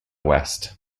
west